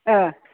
ओ